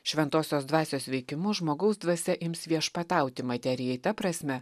šventosios dvasios veikimu žmogaus dvasia ims viešpatauti materijai ta prasme